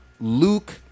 Luke